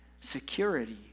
security